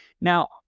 Now